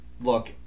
look